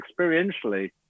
experientially